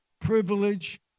privilege